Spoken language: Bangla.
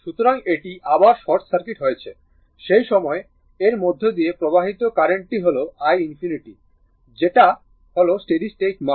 সুতরাং এটি আবার শর্ট সার্কিট হয়েছে সেই সময় এর মধ্য দিয়ে প্রবাহিত কারেন্টটি হল i ∞ যেটি হল স্টেডি স্টেট মান